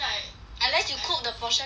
unless you cook the portion for at night